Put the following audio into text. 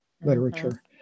literature